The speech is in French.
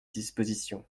disposition